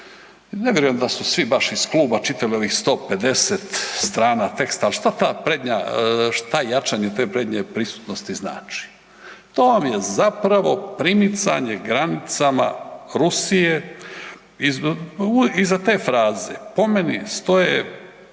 Ne vjerujem da su svi baš iz kluba čitali ovih 150 strana teksta, al šta ta prednja, šta jačanje te prednje prisutnosti znači? To vam je zapravo primicanje granicama Rusije. Iza te fraze po meni stoje